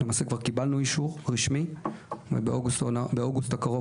כבר קיבלנו אישור רשמי ובאוגוסט הקרוב